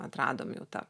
atradom jau tą